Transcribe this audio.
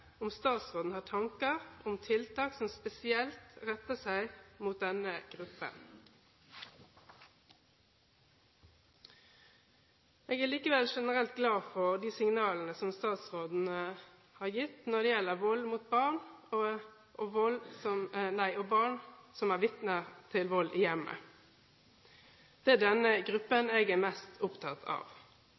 om statsråden har tanker om tiltak som spesielt retter seg mot denne gruppen. Jeg er likevel generelt glad for de signalene statsråden har gitt når det gjelder vold mot barn og barn som er vitne til vold i hjemmet. Det er denne gruppen jeg er mest opptatt av.